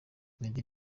meddy